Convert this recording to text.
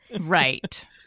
right